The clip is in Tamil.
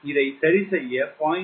இதை சரிசெய்ய 0